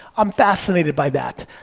i'm fascinated by that.